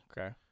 Okay